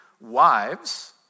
wives